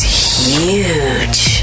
huge